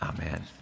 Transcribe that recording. amen